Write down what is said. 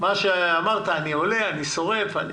מה שאמרת, אני הולך, אני שורף.